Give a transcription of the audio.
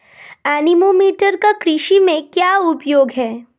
Anemometer का कृषि में क्या उपयोग है?